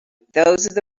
those